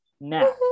Now